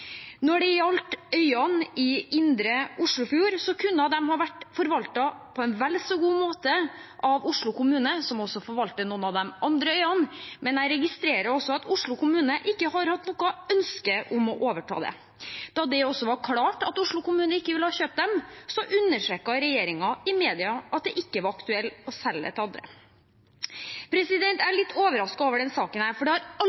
Når det gjelder øyene i indre Oslofjord, kunne de ha vært forvaltet på en vel så god måte av Oslo kommune, som også forvalter noen av de andre øyene. Men jeg registrerer også at Oslo kommune ikke har hatt noe ønske om å overta dem. Da det var klart at Oslo kommune ikke ville kjøpe dem, understreket regjeringen i media at det ikke var aktuelt å selge dem til andre. Jeg er litt overrasket over denne saken, for det har